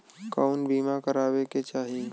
कउन बीमा करावें के चाही?